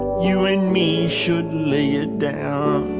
you and me should lay it down.